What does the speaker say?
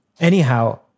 Anyhow